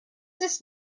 his